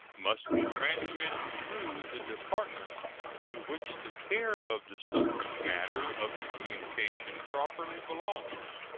must be transmitted through the department to which the care of the subject-matter of the communication properly belongs.